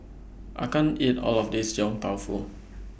I can't eat All of This Yong Tau Foo